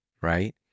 right